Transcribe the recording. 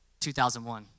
2001